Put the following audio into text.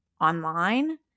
online